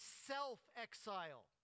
self-exile